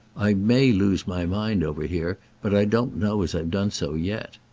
i may lose my mind over here, but i don't know as i've done so yet.